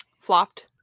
flopped